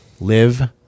Live